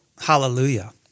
Hallelujah